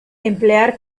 emplear